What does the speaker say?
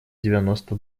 девяносто